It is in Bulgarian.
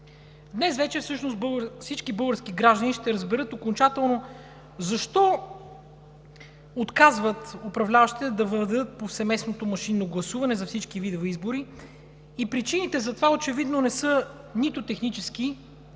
Днес вече всички български граждани ще разберат окончателно защо управляващите отказват да въведат повсеместното машинно гласуване за всички видове избори. Причините за това очевидно не са нито технически,